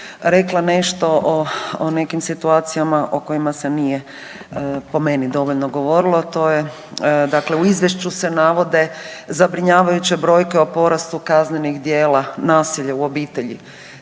rekla nešto o nekim situacijama o kojima se nije, po meni, dovoljno govorilo, to je dakle, u Izvješću se navode zabrinjavajuće brojke o porastu kaznenih djela nasilja u obitelji.